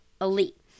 elite